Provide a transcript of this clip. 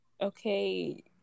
Okay